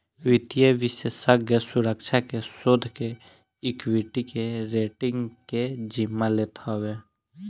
वित्तीय विषेशज्ञ सुरक्षा के, शोध के, एक्वीटी के, रेटींग के जिम्मा लेत हवे